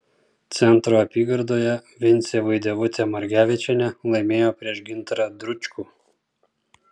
centro apygardoje vincė vaidevutė margevičienė laimėjo prieš gintarą dručkų